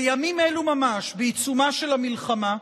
בימים אלו ממש, בעיצומה של המלחמה,